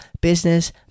Business